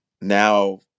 now